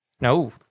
no